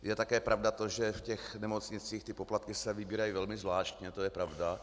Je také pravda to, že v těch nemocnicích se poplatky vybírají velmi zvláštně, to je pravda.